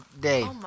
day